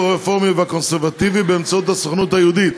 הרפורמי והקונסרבטיבי באמצעות הסוכנות היהודית.